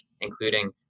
including